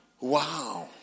wow